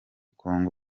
congo